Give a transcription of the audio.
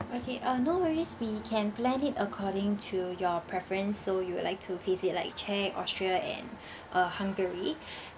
okay uh no worries we can plan it according to your preference so you would like to visit like chech austria and uh hungary